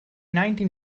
nineteen